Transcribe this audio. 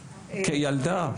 כילדה.